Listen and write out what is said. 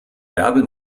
bärbel